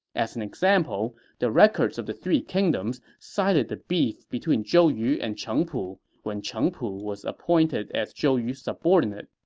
as an example, the records of the three kingdoms cited the beef between zhou yu and cheng pu when cheng pu was appointed as zhou yu's subordinate.